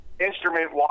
instrument